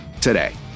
today